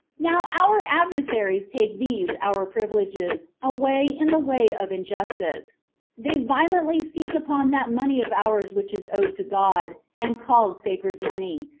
now our adversaries take these our privileges away in the way of injustice they violently seize upon that money of ours which is owed to god, and called sacred money,